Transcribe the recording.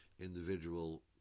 individual